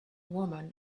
woman